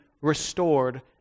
restored